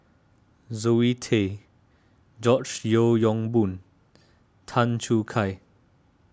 Zoe Tay George Yeo Yong Boon Tan Choo Kai